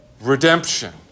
redemption